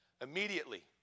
Immediately